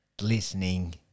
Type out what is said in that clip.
listening